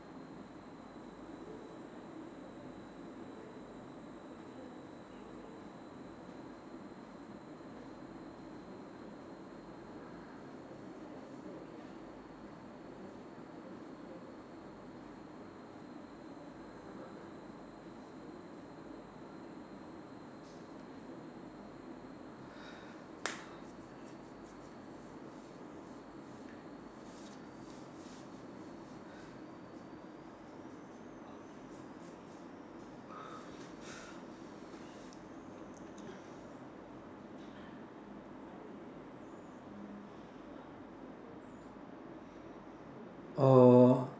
oh